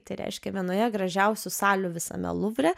tai reiškia vienoje gražiausių salių visame luvre